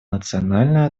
национальная